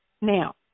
now